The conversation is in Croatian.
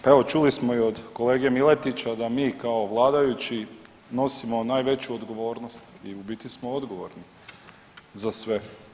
Pa evo, čuli smo i od kolege Miletića da mi kao vladajući nosimo najveću odgovornost i u biti smo odgovorni za sve.